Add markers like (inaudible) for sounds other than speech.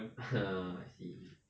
(laughs) I see